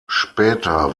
später